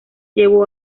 llevó